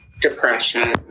depression